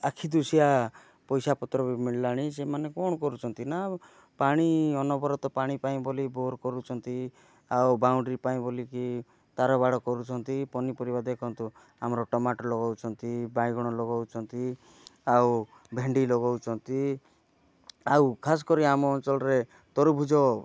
ଆଖିଦୃଶୀଆ ପଇସା ପତ୍ର ବି ମିଳିଲାଣି ସେମାନେ କ'ଣ କରୁଛନ୍ତି ନା ପାଣି ଅନବରତ ପାଣି ପାଇଁ ବୋଲି ବୋର୍ କରୁଛନ୍ତି ଆଉ ବାଉଣ୍ଡରି ପାଇଁ ବଲିକି ତା'ର ବାଡ଼ କରୁଛନ୍ତି ପନିପରିବା ଦେଖନ୍ତୁ ଆମର ଟମାଟୋ ଲଗାଉଛନ୍ତି ବାଇଗଣ ଲଗାଉଛନ୍ତି ଆଉ ଭେଣ୍ଡି ଲଗାଉଛନ୍ତି ଆଉ ଖାସ୍ କରି ଆମ ଅଞ୍ଚଳରେ ତରଭୁଜ